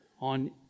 on